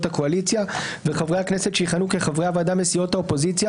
הקואליציה וחברי הכנסת שיכהנו כחברי הוועדה מסיעות האופוזיציה